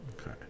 Okay